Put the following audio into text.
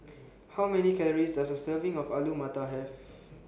How Many Calories Does A Serving of Alu Matar Have